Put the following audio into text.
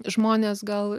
žmonės gal